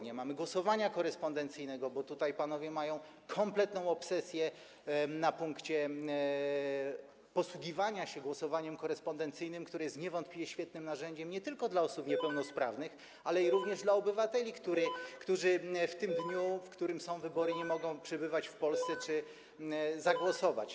Nie mamy głosowania korespondencyjnego, bo tutaj panowie mają kompletną obsesję na punkcie posługiwania się głosowaniem korespondencyjnym, które jest niewątpliwie świetnym narzędziem nie tylko dla osób niepełnosprawnych, lecz także dla obywateli, którzy w tym dniu, w którym są wybory, nie mogą przebywać w Polsce czy zagłosować.